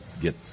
get